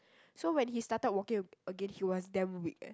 so when he started walking again he was damn weak eh